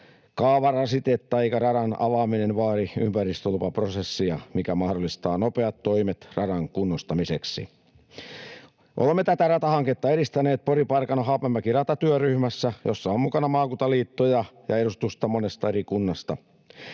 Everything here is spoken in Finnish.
kaavarasitetta eikä radan avaaminen vaadi ympäristölupaprosessia, mikä mahdollistaa nopeat toimet radan kunnostamiseksi. Olemme tätä ratahanketta edistäneet Pori—Parkano—Haapamäki-ratatyöryhmässä, jossa on mukana maakuntaliittoja ja edustusta monesta eri kunnasta.